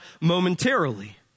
momentarily